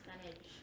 percentage